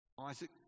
Isaac